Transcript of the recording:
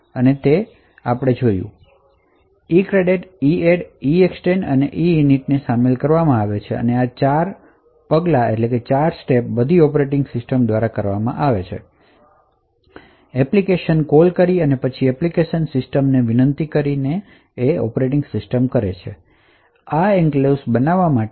પહેલું પગલું જે આપણે અહીં જોયું છે તે ECREATE EADD EEXTEND અને EINIT ને સામેલ કરે છે આ 4 પગલાં બધાં ઓપરેટિંગ સિસ્ટમ દ્વારા કરવામાં આવે છે એપ્લિકેશન કોલ કરીને અને પછી એપ્લિકેશન સિસ્ટમ ની આ એન્ક્લેવ્સ બનાવવા માટે વિનંતી કરીને